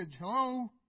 hello